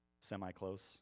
semi-close